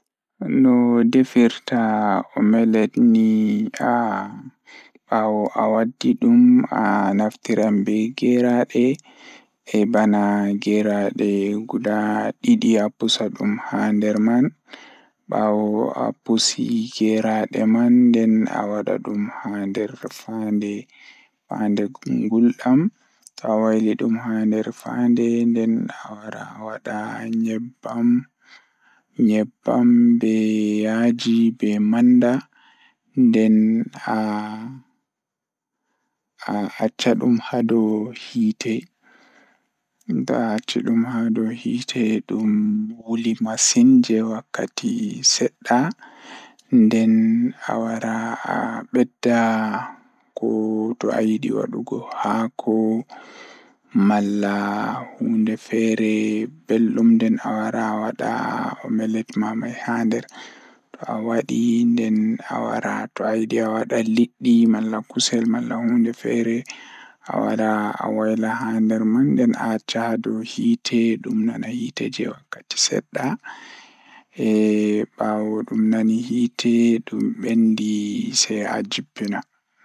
Ngam waɗa omelet ɗiɗɗo, njahɗuɗo nannde ɗiɗɗo e binnduɗo e kayndu ngam rewɓe haɗi. Toɗɗi waɗaɗo njahɗude ɗiɗɗo e ndiwru sabu rewɓe waɗude seɗɗa. Fittoɗo oila walaa maa suɓeɗɗo iriɗe rewɓe haɗe e puccu. Ngal rewɓe waɗata seɗɗa ngam rewɓe ɗum njiyata sabu fiyaangu rewɓe waɗude ngal.